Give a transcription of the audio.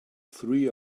three